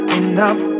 enough